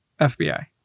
FBI